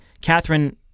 Catherine